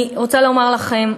אני רוצה לומר לכם,